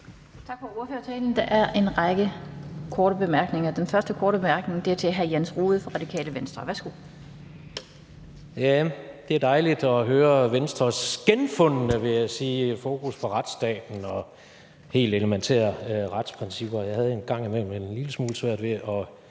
Tak for ordførertalen. Der er en række korte bemærkninger. Den første korte bemærkning er til hr. Jens Rohde fra Radikale Venstre. Værsgo. Kl. 16:54 Jens Rohde (RV): Det er dejligt at høre Venstres genfundne, vil jeg sige, fokus på retsstaten og helt elementære retsprincipper. Jeg havde en gang imellem en lille smule svært ved at